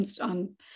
on